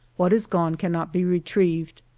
what is gone cannot be retrieved.